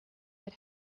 had